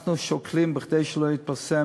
אנחנו שוקלים, כדי שלא יתפרסמו,